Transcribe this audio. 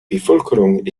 bevölkerung